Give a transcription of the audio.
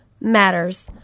matters